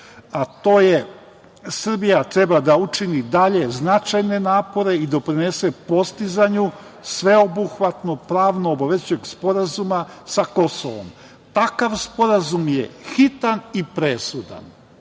a to je: „Srbija treba da učini dalje značajne napore i doprinese postizanju sveobuhvatnog pravno-obavezujućeg sporazuma sa Kosovom. Takav sporazum je hitan i presudan.“